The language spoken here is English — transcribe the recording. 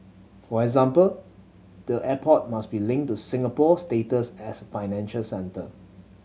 for example the airport must be linked to Singapore's status as a financial centre